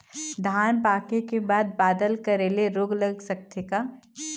धान पाके के बाद बादल करे ले रोग लग सकथे का?